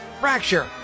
fracture